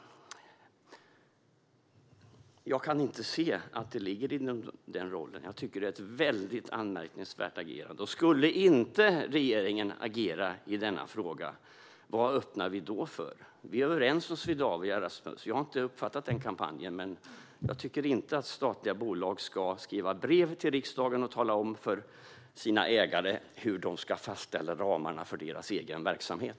Jag kan inte se att det ligger i den rollen. Jag tycker att det är ett väldigt anmärkningsvärt agerande. Om regeringen inte skulle agera i denna fråga, vad öppnar vi då för? Vi är överens om Swedavia, Rasmus. Jag har inte uppfattat den kampanjen, men jag tycker inte att statliga bolag ska skriva brev till riksdagen och tala om för sina ägare hur de ska fastställa ramarna för bolagens egen verksamhet.